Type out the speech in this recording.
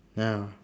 ya